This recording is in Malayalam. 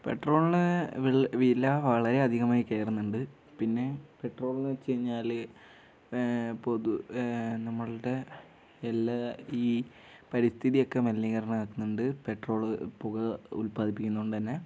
പെട്രോളിന് വില വളരെയധികമായി കയറുന്നുണ്ട് പിന്നെ പെട്രോൾ എന്ന് വെച്ച് കഴിഞ്ഞാൽ പൊതു നമ്മളുടെ എല്ലാ ഈ പരിസ്ഥിതിയൊക്കെ മലിനീകരണം ആക്കുന്നുണ്ട് പെട്രോള് പുക ഉല്പാദിപ്പിക്കുന്നത് കൊണ്ട് തന്നെ